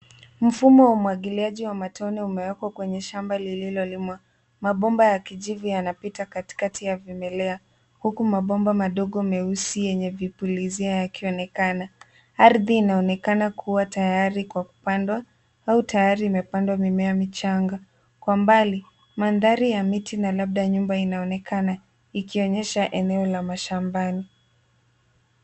Mfumo wa umwagiliaji wa matone umewekwa kwenye shamba lililolimwa mabomba ya kijivu yanapita katikati ya vimelea huku mabomba madogo meusi yenye vipulizia yakionekana ardhi inaonekana tayari kwa kupamndwa au imepandwa mimea michanga. Kwa mbali mandhari ya miti na labda nyumba inaonekana ikionyesha eoea la mashambani.